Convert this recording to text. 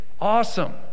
Awesome